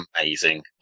amazing